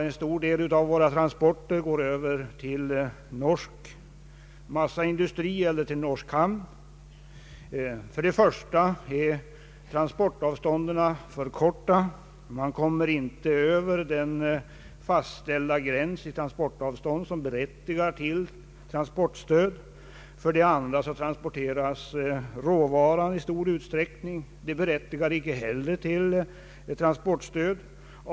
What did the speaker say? En stor del av transporterna där går till norsk massaindustri eller till norsk hamn. För det första är transportavstånden för korta och man kommer inte över den avståndsgräns som berättigar till transportstöd. För det andra transporterar man i stor utsträckning råvara och är då heller inte berättigad att få transportstöd.